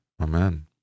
Amen